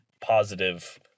positive